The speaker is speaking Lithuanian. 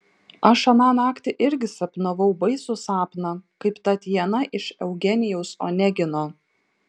aš aną naktį irgi sapnavau baisų sapną kaip tatjana iš eugenijaus onegino